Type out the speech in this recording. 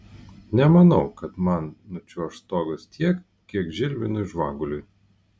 nemanau kad man nučiuoš stogas tiek kiek žilvinui žvaguliui